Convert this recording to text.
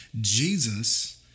Jesus